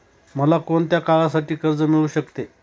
मला कोणत्या काळासाठी कर्ज मिळू शकते?